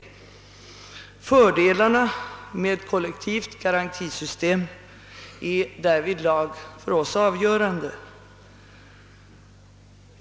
Fördelarna med ett kollektivt garantisystem är därvidlag för oss avgörande.